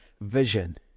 vision